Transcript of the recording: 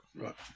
Right